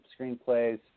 screenplays